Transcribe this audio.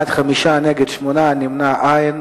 בעד, 5, נגד, 8, ונמנעים, אין.